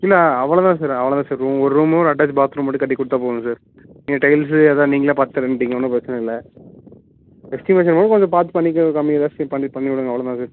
இல்லை அவள தான் சார் அவள தான் சார் ஒரு ரூமு ஒரு அட்டாச் பாத்ரூம் மட்டும் கட்டிக்கொடுத்தா போதும் சார் நீங்கள் டைல்ஸ்ஸு அதான் நீங்களே பார்த்து தரேன்ட்டிங்க ஒன்றும் பிரச்சனை இல்லை எஸ்டிமேஷனும் கொஞ்சம் பார்த்து பண்ணி கம்மி ஜாஸ்தி பண்ணி பண்ணி விடுங்க அவ்ளோ தான் சார்